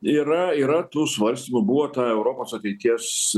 yra yra tų svarstymų buvo ta europos ateities